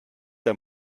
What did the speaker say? der